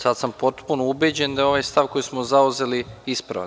Sad sam potpuno ubeđen da je ovaj stav koji smo zauzeli ispravan.